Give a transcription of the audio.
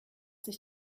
sich